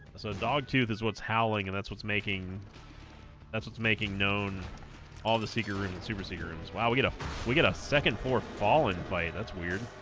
so dog tooth is what's howling and that's what's making that's what's making known all the secret rooms and super seagram's why we get off we get a second floor falling by it that's weird